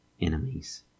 enemies